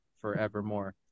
forevermore